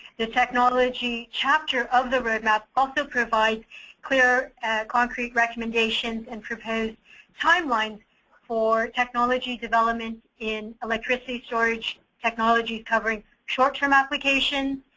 the technology chapter of the roadmap also provide clear concrete recommendations and prepares timeline for technology development in electricity storage technology covering short term application,